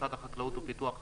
משרד החקלאות ופיתוח הכפר.